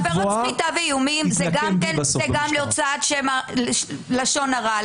עבירות סחיטה ואיומים זה גם כן להוצאת לשון הרע,